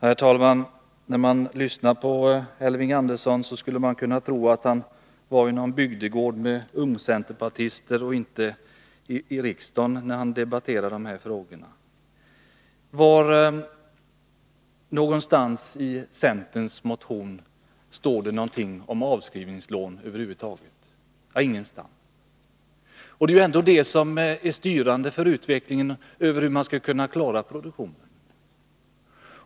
Herr talman! När man lyssnar på Elving Anderssons resonemang i de här frågorna skulle man kunna tro att han var i någon bygdegård med ungcenterpartister och inte i riksdagen. Var i centerns motion står det någonting om avskrivningslån över huvud taget? Ingenstans. Det är ändå det som är styrande för hur man skall kunna klara produktionen.